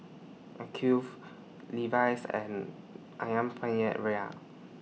Acuvue Levi's and Ayam Penyet Ria